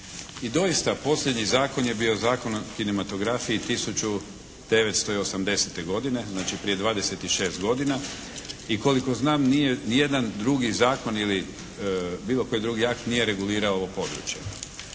I doista, posljednji zakon je bio Zakon o kinematografiji 1980. godine, znači prije 26 godina i koliko znam nije ni jedan drugi zakon ili bilo koji drugi akt nije regulirao ovo područje.